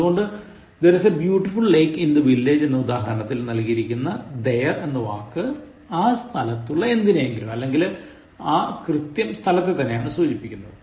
അതുകൊണ്ട് There is a beautiful lake in the village എന്ന ഉദാഹരണത്തിൽ നല്കിയിരിക്കുന്ന There എന്ന വാക്ക് ആ സ്ഥലത്തുള്ള എന്തിനെയെങ്കിലും അല്ലെഗിൽ ആ കൃത്യം സ്ഥലത്തെത്തന്നെയാണ് സൂചിപ്പിക്കുന്നത്